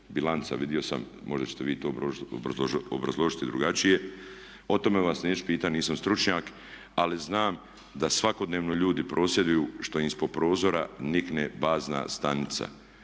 bilanca vidio sam, možda ćete vi to obrazložiti drugačije, o tome vas neću pitati, nisam stručnjak ali znam da svakodnevno ljudi prosvjeduju što im ispod prozora nikne bazna stanica